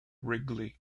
wrigley